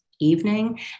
evening